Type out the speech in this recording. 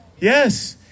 Yes